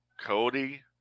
Cody